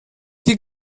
die